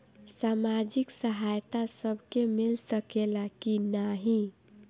सामाजिक सहायता सबके मिल सकेला की नाहीं?